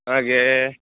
ಹಾಗೇ